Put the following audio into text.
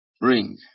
ring